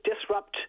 disrupt